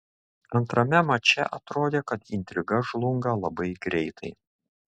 antrame mače atrodė kad intriga žlunga labai greitai